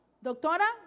doctora